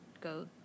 go